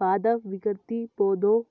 पादप विकृति पौधों